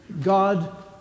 God